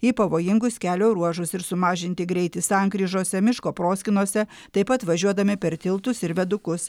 į pavojingus kelio ruožus ir sumažinti greitį sankryžose miško proskynose taip pat važiuodami per tiltus ir viadukus